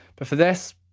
but for this,